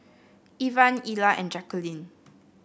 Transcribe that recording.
Ivan Ilah and Jaqueline